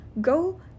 go